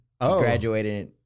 Graduated